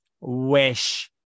wish